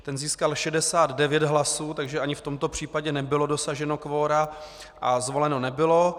Ten získal 69 hlasů, takže ani v tomto případě nebylo dosaženo kvora a zvoleno nebylo.